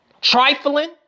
trifling